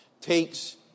takes